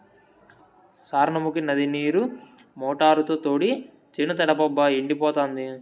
సార్నముకీ నది నీరు మోటారుతో తోడి చేను తడపబ్బా ఎండిపోతాంది